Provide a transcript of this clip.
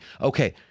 Okay